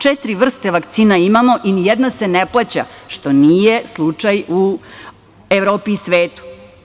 Četiri vrste vakcina imamo i nijedna se ne plaća, što nije slučaj u Evropi i svetu.